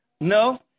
no